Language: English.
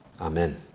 Amen